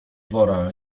wora